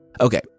Okay